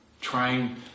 Trying